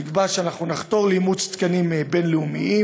נקבע שאנחנו נחתור לאימוץ תקנים בין-לאומיים,